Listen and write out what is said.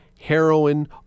heroin